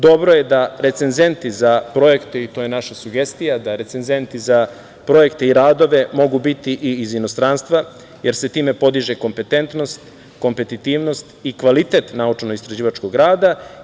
Dobro je da recenzenti za projekte, to je i naša sugestija, da recenzenti za projekte i radove mogu biti i iz inostranstva jer se time podiže kompetentnost, kompetitivnost i kvalitet naučno-istraživačkog rada.